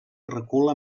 recula